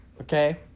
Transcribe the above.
Okay